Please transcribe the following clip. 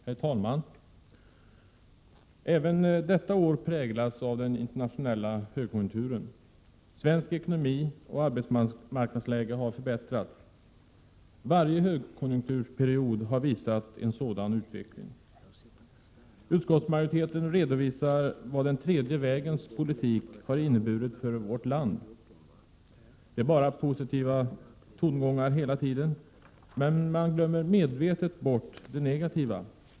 Herr talman! Även detta år präglas av den internationella högkonjunkturen. Sveriges ekonomi och arbetsmarknadsläge har förbättrats. Varje högkonjunkturs period har visat en sådan utveckling. Utskottsmajoriteten redovisar vad den tredje vägens politik har inneburit för vårt land. Det är bara positiva tongångar hela tiden. Man glömmer medvetet bort det negativa.